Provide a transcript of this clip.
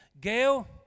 gail